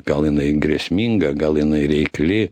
gal jinai grėsminga gal jinai reikli